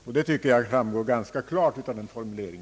Detta tycker jag framgår ganska klart av vår formulering.